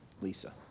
lisa